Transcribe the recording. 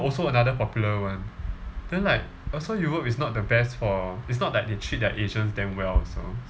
also another popular one then like also europe is not the best for it's not like they treat their asians damn well also